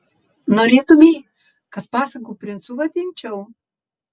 norėtumei kad pasakų princu vadinčiau